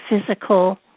physical